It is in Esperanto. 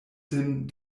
sin